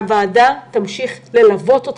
הוועדה תמשיך ללוות אותך.